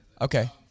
okay